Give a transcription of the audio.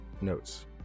Notes